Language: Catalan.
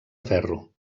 ferro